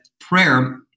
prayer